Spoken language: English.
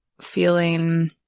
feeling